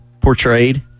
portrayed